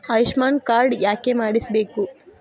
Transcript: Ayushman card ಯಾಕೆ ಮಾಡಿಸಬೇಕು?